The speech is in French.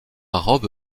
robe